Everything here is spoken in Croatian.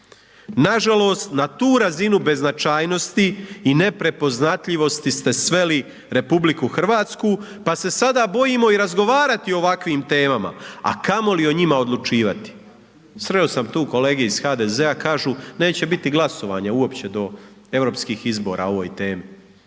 Nažalost, na tu razinu beznačajnosti i neprepoznatljivosti ste sveli RH, pa se sada bojimo i razgovarati o ovakvim temama, a kamo li o njima odlučivati. Sreo sam tu kolege iz HDZ-a kažu neće biti glasovanja uopće do europskih izbora o ovoj temi,